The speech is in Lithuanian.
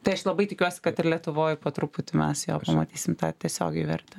tai aš labai tikiuos kad ir lietuvoj po truputį mes jo pamatysim tą tiesiogiai vertę